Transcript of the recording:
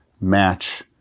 match